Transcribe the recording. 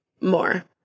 more